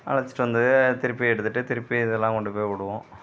அழைச்சிட்டு வந்து திருப்பி எடுத்துட்டு திருப்பி அதலாம் கொண்டு போய் விடுவோம்